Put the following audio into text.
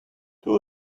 two